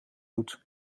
doet